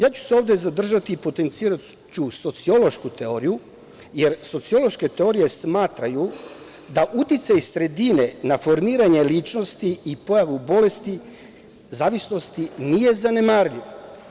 Ja ću se ovde zadržati i potenciraću sociološku teoriju, jer sociološke teorije smatraju da uticaj sredine na formiranje ličnosti i pojavu bolesti zavisnosti nije zanemarljivo.